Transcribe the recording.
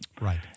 Right